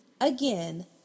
again